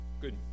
good